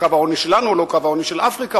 וקו העוני שלנו הוא לא קו העוני של אפריקה.